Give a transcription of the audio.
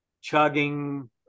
chugging